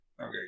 Okay